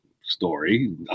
story